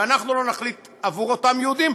ואנחנו לא נחליט עבור אותם יהודים,